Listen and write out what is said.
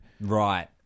Right